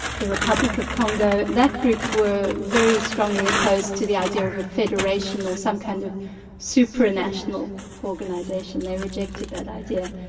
the republic of congo, that group were very strongly opposed to the idea of a federation or some kind of supra national organisation they rejected that idea.